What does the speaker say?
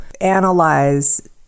analyze